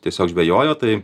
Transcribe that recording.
tiesiog žvejojo tai